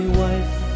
wife